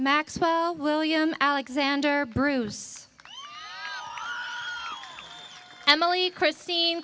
maxwell william alexander bruce emily christine